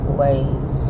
ways